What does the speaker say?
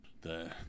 the-